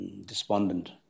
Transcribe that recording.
despondent